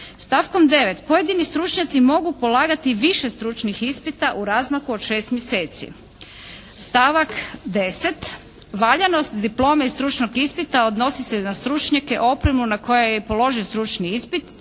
Stavkom 9. pojedini stručnjaci mogu polagati više stručnih ispita u razmaku od šest mjeseci. Stavak 10. valjanost diplome i stručnog ispita odnosi se na stručnjake i opreme na koje je položen stručni ispit